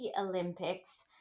olympics